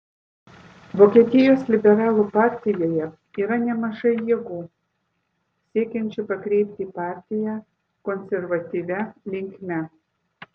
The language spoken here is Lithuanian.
vokietijos liberalų partijoje yra nemažai jėgų siekiančių pakreipti partiją konservatyvia linkme